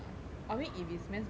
mean if it's mass gathering